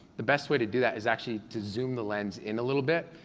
the best way to do that is actually to zoom the lens in a little bit,